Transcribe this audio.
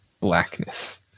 blackness